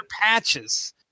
patches